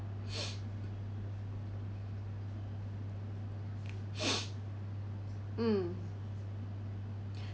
mm